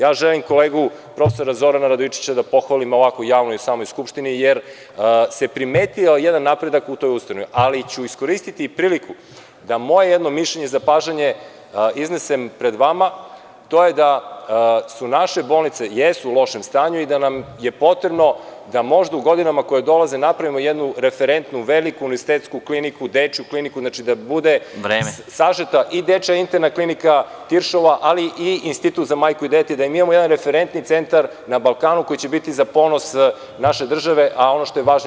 Ja želim kolegu profesora Zorana Radojičića da pohvalim ovako javno u samoj Skupštini, jer se primetio jedan napredak u toj ustanovi, ali ću iskoristiti priliku da moje jedno mišljenje i zapažanje iznesem pred vas, a to je da naše bolnice jesu u lošem stanju, da nam je potrebno da možda u godinama koje dolaze napravimo jednu referentnu veliku univerzitetsku kliniku, dečiju kliniku, da bude sažeta i dečija interna klinika Tiršova, ali i Institut za majku i dete, da imamo jedan referentni centar na Balkanu koji će biti za ponos naše države i našeg naroda.